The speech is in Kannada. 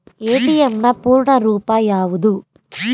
ಎ.ಟಿ.ಎಂ ನ ಪೂರ್ಣ ರೂಪ ಯಾವುದು?